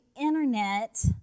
internet